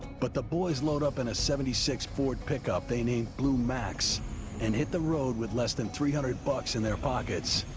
but the boys load up in a seventy six ford pickup they name blue max and hit the road with less than three hundred bucks in their pockets.